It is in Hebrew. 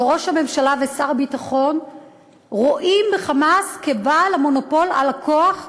וראש הממשלה ושר הביטחון רואים ב"חמאס" את בעל המונופול על הכוח,